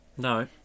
No